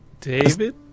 David